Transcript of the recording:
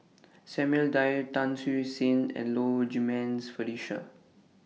Samuel Dyer Tan Siew Sin and Low Jimenez Felicia